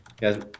Guys